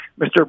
Mr